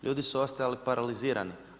Ljudi su ostajali paralizirani.